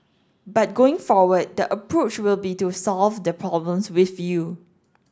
but going forward the approach will be to solve the problems with you